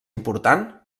important